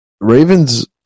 ravens